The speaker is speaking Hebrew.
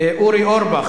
הקשים והגורליים האלה